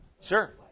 Sure